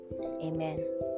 Amen